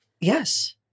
Yes